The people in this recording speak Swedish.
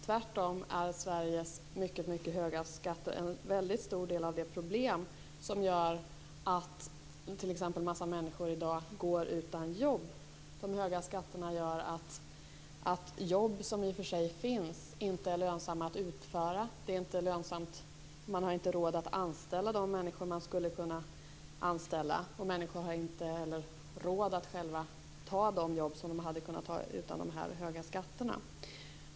Tvärtom är Sveriges mycket höga skatter en väldigt stor del av det problem som innebär att t.ex. en massa människor i dag går utan jobb. De höga skatterna gör att de jobb som i och för sig finns inte är lönsamma är utföra. Det är inte lönsamt. Man har inte råd att anställa de människor som man skulle kunna anställa, och människor har inte heller själva råd att ta de jobb som de hade kunnat ta utan dessa höga skatter.